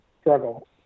struggle